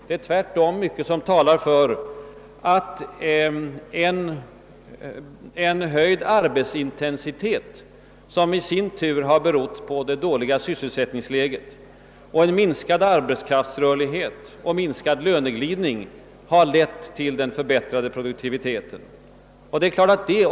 Det är tvärtom mycket som talar för att en höjd arbetsintensitet, som i sin tur har berott på det dåliga sysselsättningsläget, en minskad arbetskraftsrörlighet och minskad löneglidning, har lett till den förbättrade produktiviteten.